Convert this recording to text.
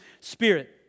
Spirit